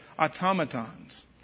automatons